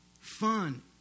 Fun